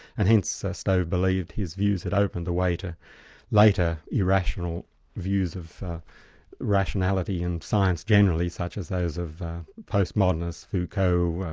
and hence so stove believed his views had opened the way to later irrational views of rationality and science generally, such as those of post-modernists, foucault,